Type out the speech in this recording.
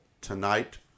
tonight